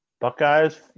Buckeyes